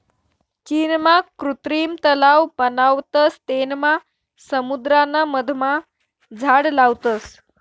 चीनमा कृत्रिम तलाव बनावतस तेनमा समुद्राना मधमा झाड लावतस